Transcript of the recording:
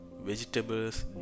vegetables